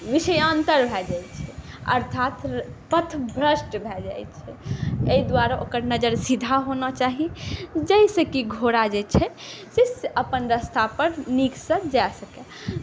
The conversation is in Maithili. विषयान्तर भऽ जाइ छै अर्थात पथभ्रष्ट भऽ जाइ छै एहि दुआरे ओकर नजरि सीधा होना चाही जाहिसँ कि घोड़ा जे छै से अपन रस्तापर नीकसँ जा सकै